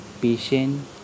patient